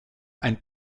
ein